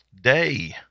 day